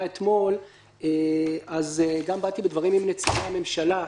אתמול באתי בדברים עם נציגי הממשלה.